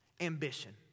ambition